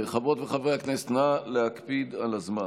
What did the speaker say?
חברות וחברי הכנסת, נא להקפיד על הזמן.